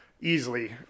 easily